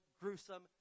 gruesome